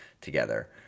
together